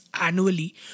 annually